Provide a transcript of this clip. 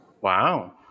Wow